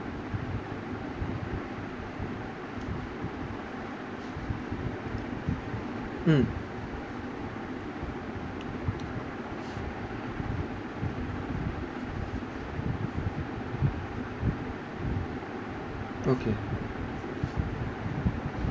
mm okay